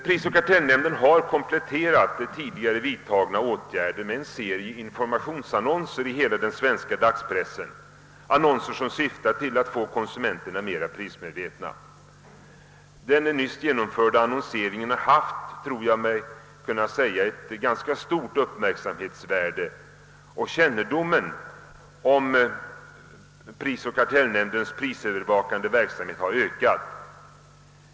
Prisoch kartellnämnden har kompletterat tidigare vidtagna åtgärder med en serie informationsannonser i hela dagspressen, annonser som syftar till att göra konsumenterna mer prismedvetna. Den nyligen genomförda annonseringen har — tror jag mig kunna säga — rönt ganska stor uppmärksamhet, och kännedomen om nämndens prisövervakande verksamhet har ökat.